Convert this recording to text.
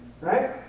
right